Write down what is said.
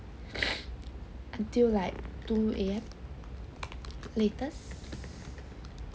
until like two A_M latest